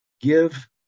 give